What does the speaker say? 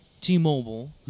T-Mobile